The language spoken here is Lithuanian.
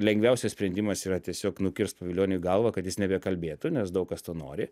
lengviausias sprendimas yra tiesiog nukirst pavilioniui galvą kad jis nebekalbėtų nes daug kas to nori